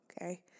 okay